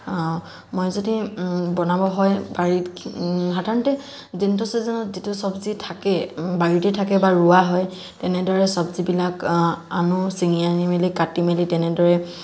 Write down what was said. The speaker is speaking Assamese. মই যদি বনাব হয় বাৰীত সাধাৰণতে যোনটো চিজনত যিটো চবজি থাকে বাৰীতে থাকে বা ৰোৱা হয় তেনেদৰে চবজি বিলাক আনো চিঙি আনি মেলি কাটি মেলি তেনেদৰে